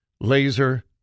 laser